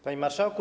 Panie Marszałku!